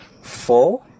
four